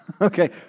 okay